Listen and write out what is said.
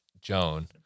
Joan